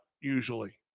usually